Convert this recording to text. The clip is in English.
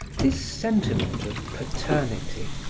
this sentiment of paternity,